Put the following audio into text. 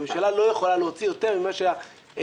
הממשלה לא יכולה להוציא יותר ממה שהכנסת